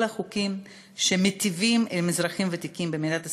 החוקים שמיטיבים עם האזרחים הוותיקים במדינת ישראל,